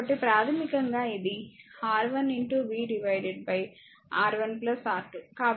కాబట్టి ప్రాథమికంగా ఇది R1 v R1 R2